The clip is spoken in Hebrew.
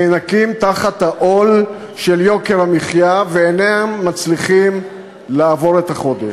נאנקים תחת העול של יוקר המחיה ואינם מצליחים לעבור את החודש.